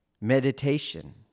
meditation